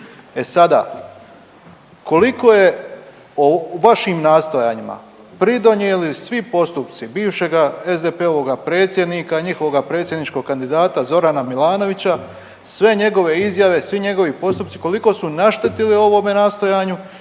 E sada koliko je u vašim nastojanjima pridonijeli svi postupci bivšega SDP-ovog predsjednika i njihovog predsjedničkog kandidata Zorana Milanovića sve njegove izjave, svi njegovi postupci koliko su naštetili ovome nastojanju